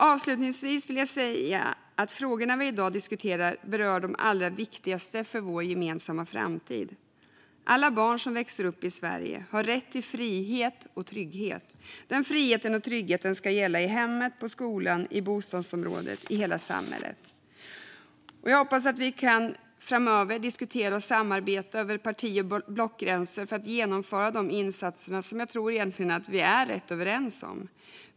Avslutningsvis vill jag säga att frågorna vi i dag diskuterar berör de allra viktigaste för vår gemensamma framtid. Alla barn som växer upp i Sverige har rätt till frihet och trygghet. Den friheten och tryggheten ska gälla i hemmet, på skolan, i bostadsområdet och i hela samhället. Jag hoppas att vi framöver kan diskutera och samarbeta över parti och blockgränser för att genomföra de insatser som jag tror att vi egentligen är rätt överens om.